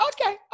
Okay